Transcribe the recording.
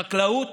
חקלאות